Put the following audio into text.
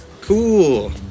cool